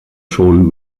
schon